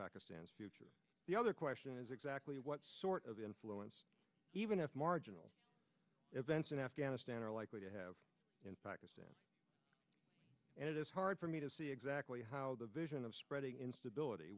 pakistan's future the other question is exactly what sort of influence even if marginal events in afghanistan are likely to have in pakistan and it is hard for me to see exactly how the vision of spreading instability